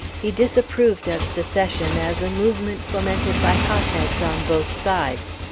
he disapproved of secession as a movement fomented by hotheads on both sides,